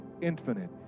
infinite